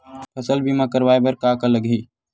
फसल बीमा करवाय बर का का लगही?